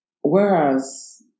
whereas